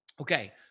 Okay